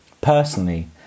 Personally